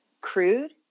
crude